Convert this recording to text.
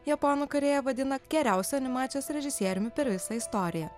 japonų karėją vadina keriausiu animacijos režisieriumi per visą istoriją